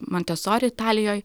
montesori italijoj